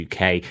UK